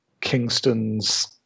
Kingston's